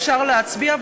אפשר להצביע,